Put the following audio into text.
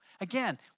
Again